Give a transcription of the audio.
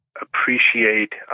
appreciate